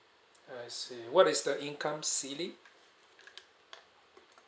I see what is the income ceiling